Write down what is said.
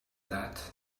that